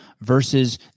versus